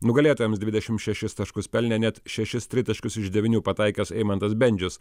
nugalėtojams dvidešim šešis taškus pelnė net šešis tritaškius iš devynių pataikęs eimantas bendžius